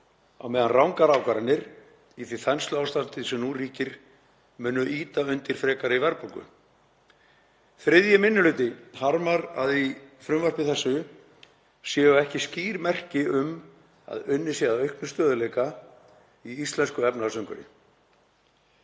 á meðan rangar ákvarðanir í því þensluástandi sem nú ríkir munu ýta undir frekari verðbólgu. 3. minni hluti harmar að í frumvarpi þessu séu ekki skýr merki um að unnið sé að auknum stöðugleika í íslensku efnahagsumhverfi.